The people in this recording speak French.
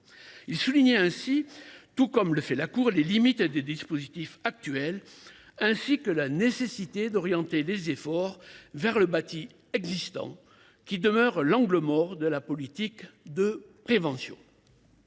soulignions ainsi, tout comme le fait la Cour, les limites des dispositifs actuels, ainsi que la nécessité d’orienter les efforts vers le bâti existant, qui demeure l’angle mort de la politique de prévention.